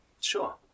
Sure